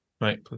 Right